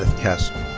and castro.